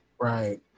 Right